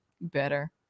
Better